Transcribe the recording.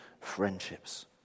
friendships